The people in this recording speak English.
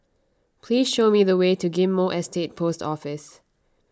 please show me the way to Ghim Moh Estate Post Office